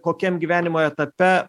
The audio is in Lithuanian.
kokiam gyvenimo etape